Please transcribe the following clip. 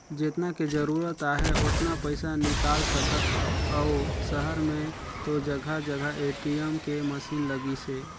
जेतना के जरूरत आहे ओतना पइसा निकाल सकथ अउ सहर में तो जघा जघा ए.टी.एम के मसीन लगिसे